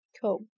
Cool